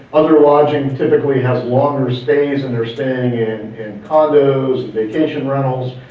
other lodging typically has longer stays and they're staying in and condos, vacation rentals,